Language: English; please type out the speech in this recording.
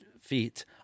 feet